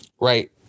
Right